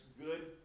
good